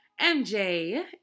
mj